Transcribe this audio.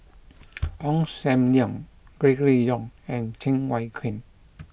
Ong Sam Leong Gregory Yong and Cheng Wai Keung